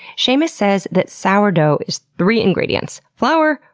seamus says that sourdough is three ingredients flour,